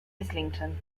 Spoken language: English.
islington